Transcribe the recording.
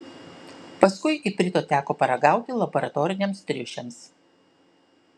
paskui iprito teko paragauti laboratoriniams triušiams